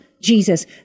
Jesus